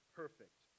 perfect